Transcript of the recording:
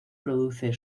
produce